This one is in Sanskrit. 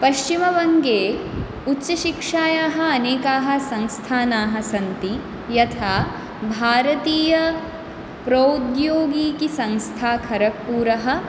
पश्चिमवङ्गे उच्चशिक्षायाः अनेकाः संस्थानाः सन्ति यथा भारतीयप्रौद्योगिकिसंस्था खरग्पुरम्